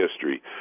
history